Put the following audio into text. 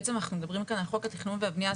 בעצם אנחנו מדברים כאן על חוק התכנון והבנייה.